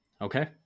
okay